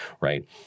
right